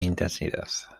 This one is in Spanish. intensidad